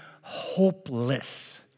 hopeless